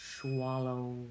swallow